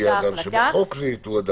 וחלק לא ניתן להביא בגלל שהמשאבים מוגבלים.